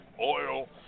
oil